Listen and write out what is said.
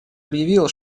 объявил